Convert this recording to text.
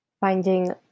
finding